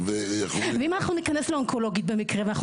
ואם אנחנו ניכנס לאונקולוגית במקרה ואנחנו